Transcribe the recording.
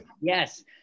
yes